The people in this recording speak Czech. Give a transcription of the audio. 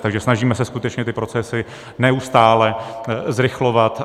Takže snažíme se skutečně ty procesy neustále zrychlovat.